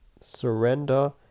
surrender